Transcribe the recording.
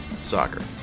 soccer